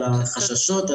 על החששות.